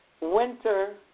Winter